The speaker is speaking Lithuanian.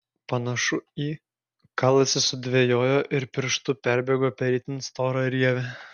panašu į kalasi sudvejojo ir pirštu perbėgo per itin storą rievę